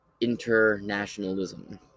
internationalism